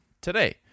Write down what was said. today